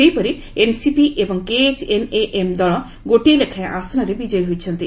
ସେହିପରି ଏନ୍ସିପି ଏବଂ କେଏଚ୍ଏନ୍ଏଏମ୍ ଦଳ ଗୋଟିଏ ଲେଖାଏଁ ଆସନରେ ବିକୟୀ ହୋଇଛନ୍ତି